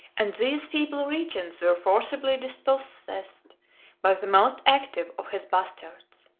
and these feeble regents were forcibly dispossessed by the most active of his bastards.